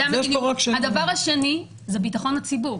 הדבר השני זה ביטחון הציבור.